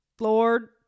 Lord